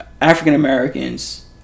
African-Americans